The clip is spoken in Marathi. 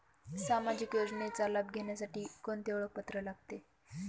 सामाजिक योजनेचा लाभ घेण्यासाठी कोणते ओळखपत्र लागते?